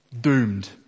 Doomed